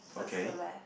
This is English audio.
towards the left